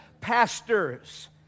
pastors